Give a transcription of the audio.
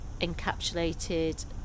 encapsulated